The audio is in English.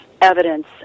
evidence